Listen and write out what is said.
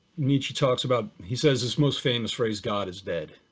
nietzsche talks about, he says his most famous phrase god is dead.